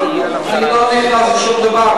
אני לא נכנס לשום דבר,